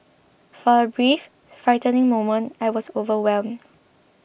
for a brief frightening moment I was overwhelmed